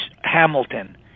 Hamilton